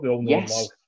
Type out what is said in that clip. Yes